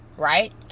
Right